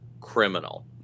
criminal